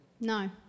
no